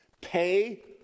Pay